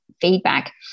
feedback